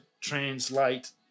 translate